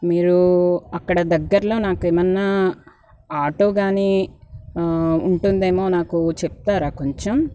మీరు అక్కడ దగ్గర్లో అక్కడ ఏమన్నా ఆటో కాని ఉంటుందేమో నాకు చెప్తారా కొంచెం